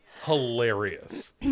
hilarious